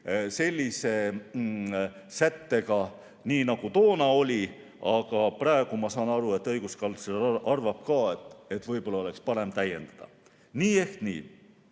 sellisest sättest, nagu toona oli, aga praegu ma saan aru, et õiguskantsler arvab ka, et võib-olla oleks parem seda täiendada. Nii ehk naa,